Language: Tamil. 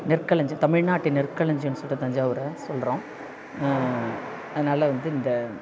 நெற்களஞ்சியம் தமிழ்நாட்டின் நெற்களஞ்சியம்னு சொல்கிறோம் தஞ்சாவூரை சொல்கிறோம் அதனால் வந்து இந்த